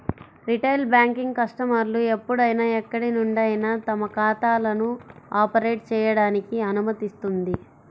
retail banking కస్టమర్లు ఎప్పుడైనా ఎక్కడి నుండైనా తమ ఖాతాలను ఆపరేట్ చేయడానికి అనుమతిస్తుంది